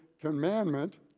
commandment